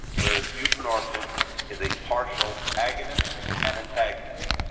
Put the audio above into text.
whereas buprenorphine is a partial agonist and antagonist.